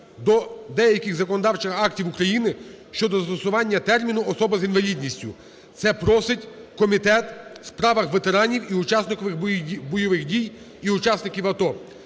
до деяких законодавчих актів України щодо застосування терміну "особа з інвалідністю". Це просить Комітет у справах ветеранів і учасників бойових дій і учасників АТО,